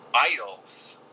idols